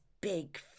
big